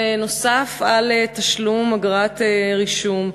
נוסף על תשלום אגרת הרישום.